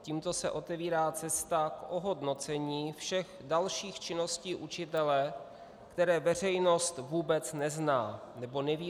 Tímto se otevírá cesta k ohodnocení všech dalších činností učitele, které veřejnost vůbec nezná nebo o nich neví.